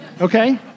okay